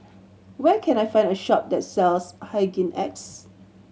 where can I find a shop that sells Hygin X